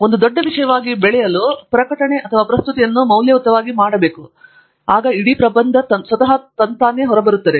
ಒಂದು ದೊಡ್ಡ ವಿಷಯವಾಗಿ ಬೆಳೆಯಲು ಪ್ರಕಟಣೆ ಅಥವಾ ಪ್ರಸ್ತುತಿಯನ್ನು ಮೌಲ್ಯಯುತವಾಗಿ ಮಾಡುವಾಗ ಇಡೀ ಪ್ರಬಂಧವು ಸ್ವತಃ ತಂತಾನೇ ಆಗಬಹುದು